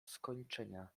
skończenia